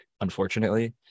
unfortunately